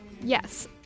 yes